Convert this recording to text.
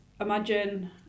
imagine